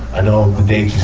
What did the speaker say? i know the